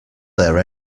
there